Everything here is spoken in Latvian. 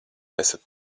esat